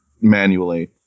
manually